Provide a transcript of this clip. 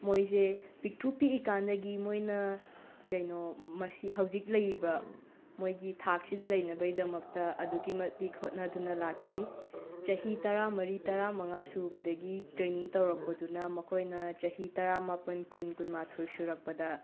ꯃꯣꯏꯁꯦ ꯄꯤꯛꯇ꯭ꯔꯨ ꯄꯤꯛꯏꯀꯥꯟꯗꯒꯤ ꯃꯣꯏꯅ ꯀꯩꯅꯣ ꯃꯁꯤ ꯍꯧꯖꯤꯛ ꯂꯩꯔꯤꯕ ꯃꯣꯏꯒꯤ ꯊꯥꯛꯁꯤꯗ ꯂꯩꯅꯕꯒꯤꯗꯃꯛꯇ ꯑꯗꯨꯛꯀꯤ ꯃꯇꯤꯛ ꯍꯣꯠꯅꯗꯨꯅ ꯂꯥꯛꯈꯤ ꯆꯍꯤ ꯇꯔꯥꯃꯔꯤ ꯇꯔꯥꯃꯉꯥ ꯁꯨꯕꯗꯒꯤ ꯇ꯭ꯔꯦꯅꯤꯡ ꯇꯧꯔꯛꯄꯗꯨꯅ ꯃꯈꯣꯏꯅ ꯆꯍꯤ ꯇꯔꯥꯃꯥꯄꯟ ꯀꯨꯟ ꯀꯨꯟꯃꯥꯊꯣꯏ ꯁꯨꯔꯛꯄꯗ